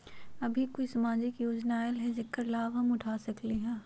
अभी कोई सामाजिक योजना आयल है जेकर लाभ हम उठा सकली ह?